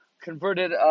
converted